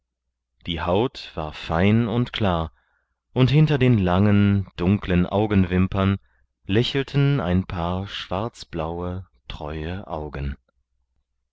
die haut war fein und klar und hinter den langen dunklen augenwimpern lächelten ein paar schwarzblaue treue augen